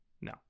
No